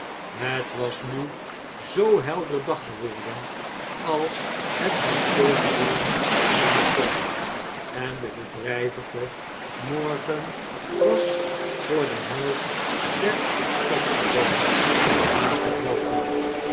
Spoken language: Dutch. het was nu zoo helder dag geworden als het met zulk weer zijn kon en de bedrijvige morgen was voor de helft der stadbewoners aangebroken